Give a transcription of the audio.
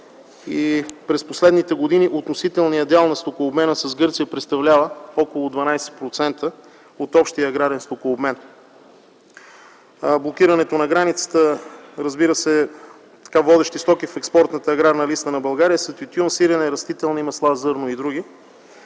През последните години относителният дял на стокообмена с Гърция представлява около 12% от общия аграрен стокообмен. Водещи стоки в експортната аграрна листа на България са: тютюн, сирене, растителни масла, зърно и други.